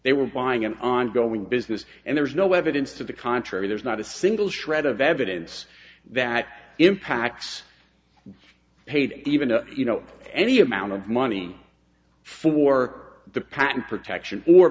they were buying an ongoing business and there's no evidence to the contrary there's not a single shred of evidence that impacts paid even a you know any amount of money for the patent protection or